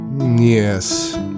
Yes